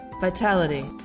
vitality